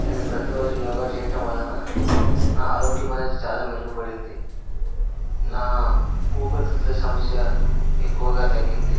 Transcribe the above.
నేను ప్రతిరోజు యోగా చేయడం వలన నా ఆరోగ్యం అనేది చాలా మెరుగుపడింది నా ఊపిరితిత్తుల సమస్య ఎక్కువగా తగ్గింది